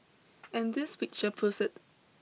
and this picture proves it